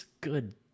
Good